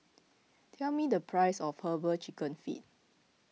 tell me the price of Herbal Chicken Feet